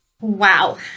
Wow